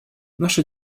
наша